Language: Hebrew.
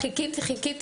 חיכיתי, חיכיתי.